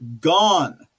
gone